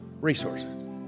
resources